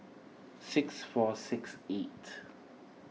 six four six eight